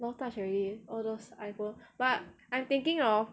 lost touch already all those iphone but I thinking of